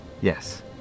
Yes